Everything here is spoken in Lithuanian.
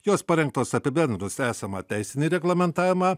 jos parengtos apibendrinus esamą teisinį reglamentavimą